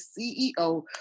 CEO